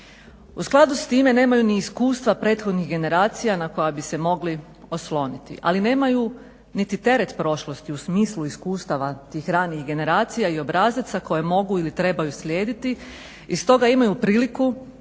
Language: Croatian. U skladu s time nemaju ni iskustva prethodnih generacija na koje bi se mogli osloniti, ali nemaju niti teret prošlosti u smislu iskustava tih ranijih generacija i obrazaca koje mogu ili trebaju slijediti i s toga imaju priliku da